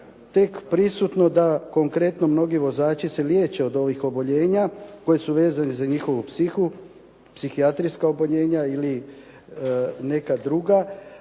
tek prisutno da konkretno mnogi vozači se liječe od ovih oboljenja koji su vezani za njihovu psihu, psihijatrijska oboljenja ili neka druga,